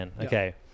okay